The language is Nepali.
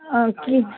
अँ कि